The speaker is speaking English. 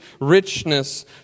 richness